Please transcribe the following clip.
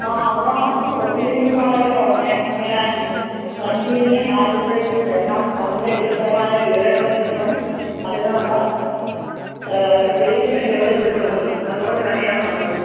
ആ അവിടെ ബോട്ടിൽ ഇരിക്കുന്ന അവർ പറഞ്ഞു ഇങ്ങനെ സഞ്ജീവനി ആശുപത്രിയിൽ ചെന്നാൽ അതിൻ്റെ വിശദമായ വിവരങ്ങളും കിട്ടും അതിന് ഉള്ള ട്രീറ്റ്മെൻറ്റുകളും കിട്ടുമെന്ന് അതുകൊണ്ടാണ് ഞാൻ വന്നത്